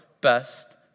best